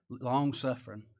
Long-suffering